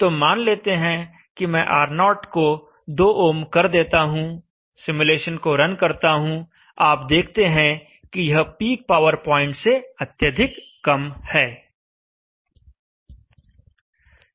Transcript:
तो मान लेते हैं कि मैं R0 को 2 ओम कर देता हूं सिमुलेशन को रन करता हूं आप देखते हैं कि यह पीक पावर पॉइंट से अत्यधिक कम है